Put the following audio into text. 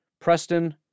Preston